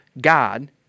God